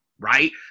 Right